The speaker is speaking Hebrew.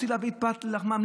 רוצה להביא את פת לחמם.